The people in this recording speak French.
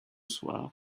soir